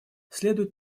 следует